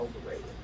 overrated